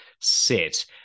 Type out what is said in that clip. sit